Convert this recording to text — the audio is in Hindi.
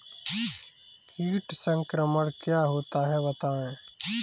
कीट संक्रमण क्या होता है बताएँ?